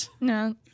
No